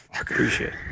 appreciate